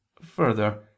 further